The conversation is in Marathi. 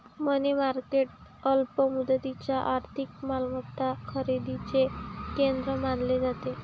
मनी मार्केट अल्प मुदतीच्या आर्थिक मालमत्ता खरेदीचे केंद्र मानले जाते